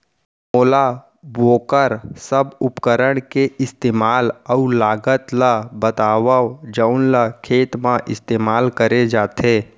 मोला वोकर सब उपकरण के इस्तेमाल अऊ लागत ल बतावव जउन ल खेत म इस्तेमाल करे जाथे?